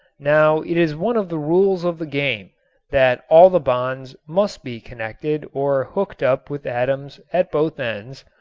now it is one of the rules of the game that all the bonds must be connected or hooked up with atoms at both ends,